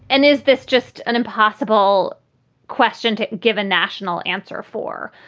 and is this just an impossible question to given national answer for?